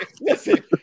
Listen